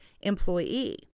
employee